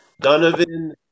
Donovan